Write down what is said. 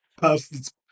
perfect